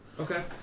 Okay